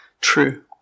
true